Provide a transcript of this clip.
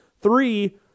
three